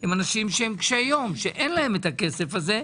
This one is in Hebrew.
הם אנשים קשי יום שאין להם הכסף הזה.